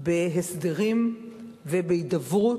בהסדרים ובהידברות,